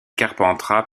carpentras